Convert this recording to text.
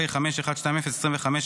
פ/5210/25,